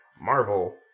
Marvel